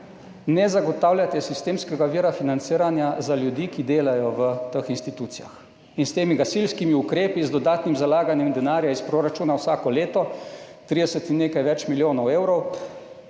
ne zagotavljate sistemskega vira financiranja za ljudi, ki delajo v teh institucijah. S temi gasilskimi ukrepi, z dodatnim zalaganjem denarja iz proračuna vsako leto, 30 in nekaj več milijonov evrov,